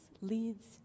leads